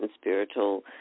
spiritual